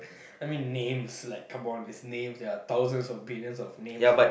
I mean names like come on there's names there are thousands of billions of names out